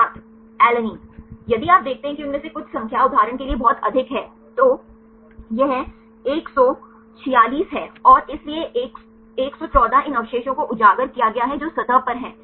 छात्र एलनिन यदि आप देखते हैं कि उनमें से कुछ संख्या उदाहरण के लिए बहुत अधिक है तो यह 146 है और इसलिए 114 इन अवशेषों को उजागर किया गया है जो सतह पर हैं